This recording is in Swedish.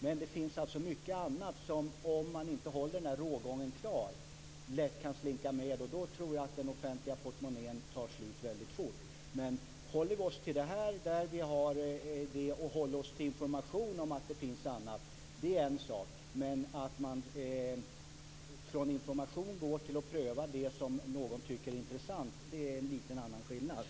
Men det finns alltså mycket annat som lätt kan slinka med om man inte har denna rågång klar. Då tror jag att den offentliga portmonnän töms väldigt fort. Det är en sak om vi håller oss till information om att det finns andra behandlingsformer, men det är lite skillnad att från information gå till att pröva något som någon tycker är intressant.